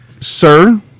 Sir